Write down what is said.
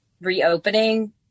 reopening